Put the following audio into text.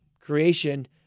creation